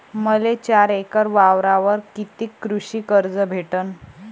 मले चार एकर वावरावर कितीक कृषी कर्ज भेटन?